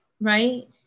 right